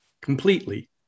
completely